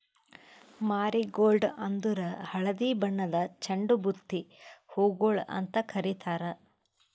marigold ಅಂದುರ್ ಹಳದಿ ಬಣ್ಣದ್ ಚಂಡು ಬುತ್ತಿ ಹೂಗೊಳ್ ಅಂತ್ ಕಾರಿತಾರ್